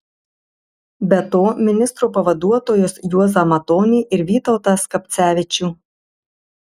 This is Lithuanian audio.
be to ministro pavaduotojus juozą matonį ir vytautą skapcevičių